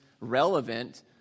relevant